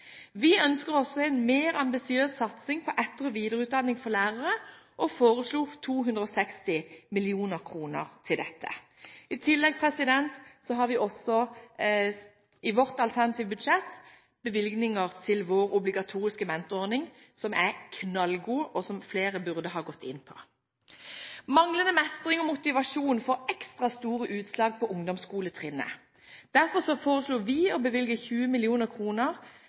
Vi ønsker også en mer ambisiøs satsing på etter- og videreutdanning for lærere og foreslår 260 mill. kr til dette. I tillegg har vi i vårt alternative budsjett bevilgninger til vår obligatoriske mentorordning, som er knallgod, og som flere burde ha gått inn for. Manglende mestring og motivasjon får ekstra store utslag på ungdomsskoletrinnet. Derfor foreslår vi å bevilge 20